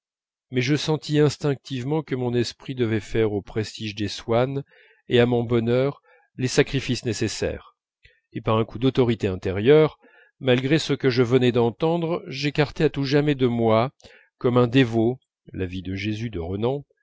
mais je sentis instinctivement que mon esprit devait faire au prestige des swann et à mon bonheur les sacrifices nécessaires et par un coup d'autorité intérieure malgré ce que je venais d'entendre j'écartai à tout jamais de moi comme un dévot la vie de jésus de renan